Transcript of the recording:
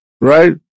right